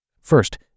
First